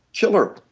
killer,